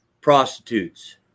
prostitutes